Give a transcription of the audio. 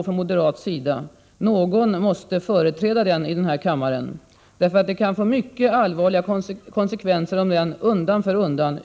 Någon måste i denna kammare företräda äganderätten, därför att det kan få mycket allvarliga konsekvenser, om den uttunnas undan för undan.